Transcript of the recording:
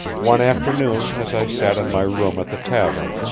one afternoon as i sat in my room at the tavern,